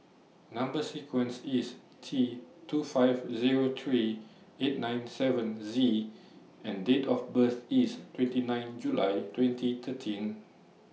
Number sequence IS T two five Zero three eight nine seven Z and Date of birth IS twenty nine July twenty thirteen